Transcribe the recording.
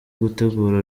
gutegura